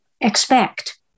expect